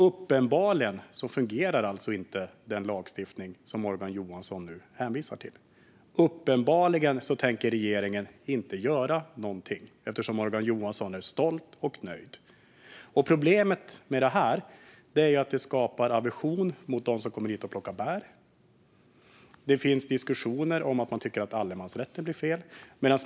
Uppenbarligen fungerar alltså inte den lagstiftning som Morgan Johansson nu hänvisar till. Uppenbarligen tänker regeringen inte göra något eftersom Morgan Johansson är stolt och nöjd. Problemet med detta är att det skapar aversion mot dem som kommer hit och plockar bär. Det finns diskussioner om att man tycker att allemansrätten är fel.